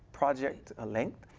project ah length,